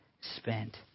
spent